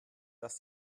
dass